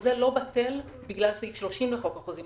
החוזה לא בטל בגלל סעיף 30 לחוק החוזים,